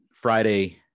Friday